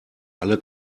alle